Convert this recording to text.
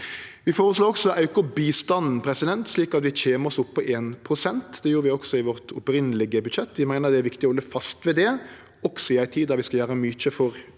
Vi føreslår å auke bistanden, slik at vi kjem oss opp på 1 pst. Det gjorde vi også i vårt opphavlege budsjett. Vi meiner det er viktig å halde fast ved det, også i ei tid der vi skal gjere mykje for Ukraina.